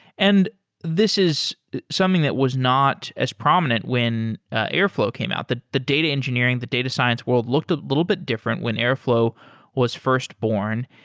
and this is something that was not as prominent when airflow came out. the the data engineering, the data science world looked a little bit different when airflow was first born.